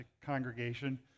congregation